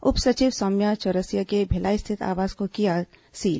उप सचिव सौम्या चौरसिया के भिलाई स्थित आवास को किया गया सील